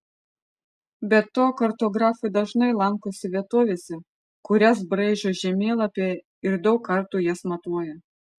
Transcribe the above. be to kartografai dažnai lankosi vietovėse kurias braižo žemėlapyje ir daug kartų jas matuoja